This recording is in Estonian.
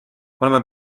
oleme